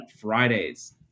Fridays